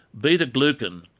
Beta-glucan